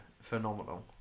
phenomenal